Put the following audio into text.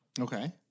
Okay